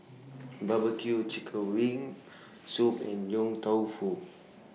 Barbecue Chicken Wings Herbal Soup and Yong Tau Foo